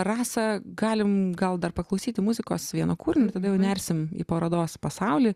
rasa galim gal dar paklausyti muzikos vieną kūrinį tada jau nersim į parodos pasaulį